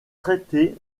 traité